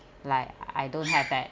like I don't have that